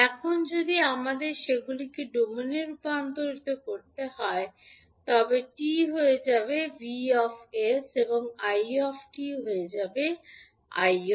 এখন যদি আমাদের সেগুলিকে ডোমেনে রূপান্তর করতে হয় তবে 𝑡 হয়ে যাবে 𝑉 𝑠 এবং 𝑖 𝑡 হয়ে যাবে 𝐼 𝑠